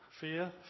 Fear